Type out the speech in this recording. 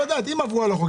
אם עברו על החוק,